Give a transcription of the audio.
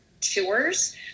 tours